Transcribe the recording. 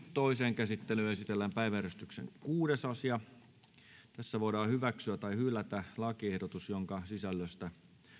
toiseen käsittelyyn esitellään päiväjärjestyksen kuudes asia nyt voidaan hyväksyä tai hylätä lakiehdotus jonka sisällöstä